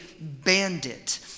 bandit